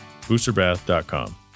Boosterbath.com